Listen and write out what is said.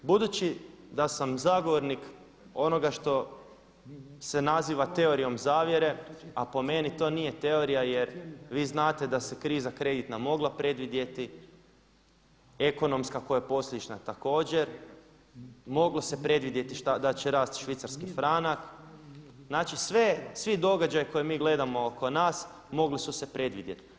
Budući da sam zagovornik onoga što se naziva teorijom zavjere a po meni to nije teorija jer vi znate da se kriza kreditna mogla predvidjeti, ekonomska koja je posljedična također, moglo se predvidjeti da će rasti švicarski franak, znači svi događaji koje mi gledamo oko nas mogli su se predvidjeti.